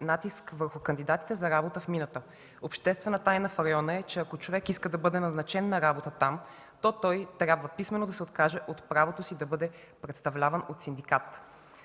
натиск върху кандидатите за работа в мината. Обществена тайна в района е, че ако човек иска да бъде назначен на работа там, то той трябва писмено да се откаже от правото си да бъде представляван от синдикат.